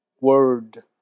word